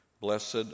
Blessed